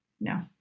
No